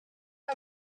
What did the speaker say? mae